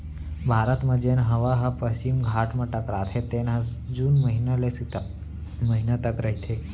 भारत म जेन हवा ह पस्चिम घाट म टकराथे तेन ह जून महिना ले सितंबर महिना तक रहिथे